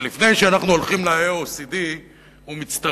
ולפני שאנחנו הולכים ל-OECD ומצטרפים,